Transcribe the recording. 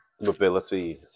Mobility